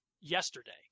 yesterday